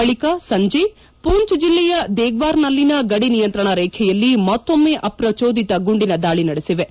ಬಳಿಕ ಸಂಜೆ ಪೂಂಚ್ ಜಿಲ್ಲೆಯ ದೇಗ್ವಾರ್ನಲ್ಲಿನ ಗಡಿ ನಿಯಂತ್ರಣ ರೇಖೆಯಲ್ಲಿ ಮತ್ತೊಮ್ಮೆ ಅಪ್ರಚೋದಿತ ಗುಂಡಿನ ದಾಳಿ ನಡೆಸಿವೆ